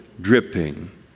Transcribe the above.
dripping